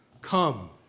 Come